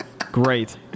Great